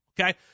Okay